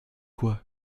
quoi